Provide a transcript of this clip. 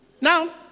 now